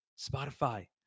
Spotify